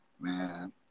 Man